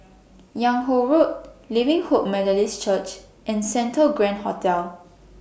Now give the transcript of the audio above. Yung Ho Road Living Hope Methodist Church and Santa Grand Hotel